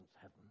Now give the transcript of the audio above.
heaven